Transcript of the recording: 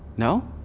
no?